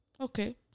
Okay